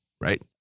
Right